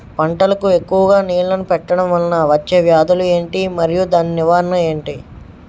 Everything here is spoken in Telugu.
పంటలకు ఎక్కువుగా నీళ్లను పెట్టడం వలన వచ్చే వ్యాధులు ఏంటి? మరియు దాని నివారణ ఏంటి?